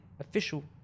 Official